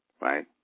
right